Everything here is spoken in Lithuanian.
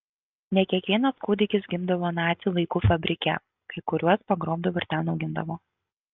ne kiekvienas kūdikis gimdavo nacių vaikų fabrike kai kuriuos pagrobdavo ir ten augindavo